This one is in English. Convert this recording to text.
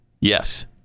Yes